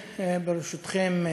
ברשותכם,